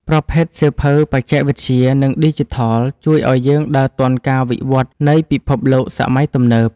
ប្រភេទសៀវភៅបច្ចេកវិទ្យា និងឌីជីថល ជួយឱ្យយើងដើរទាន់ការវិវឌ្ឍនៃពិភពលោកសម័យទំនើប។